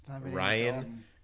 Ryan